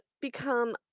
become